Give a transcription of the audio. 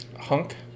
Hunk